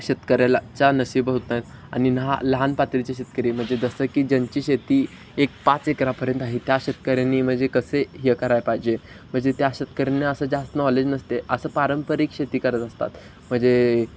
शेतकऱ्याला चा नसीब होत नाही आणि नहा लहान पातळीचे शेतकरी म्हणजे जसं की ज्यांची शेती एक पाच एकरापर्यंत आहे त्या शेतकऱ्यांनी म्हणजे कसे हे कराय पाहिजे म्हणजे त्या शेतकऱ्यांना असं जास्त नॉलेज नसते असं पारंपरिक शेती करत असतात म्हणजे